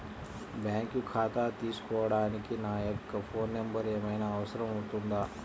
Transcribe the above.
Bank ఖాతా తీసుకోవడానికి నా యొక్క ఫోన్ నెంబర్ ఏమైనా అవసరం అవుతుందా?